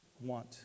Want